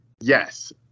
Yes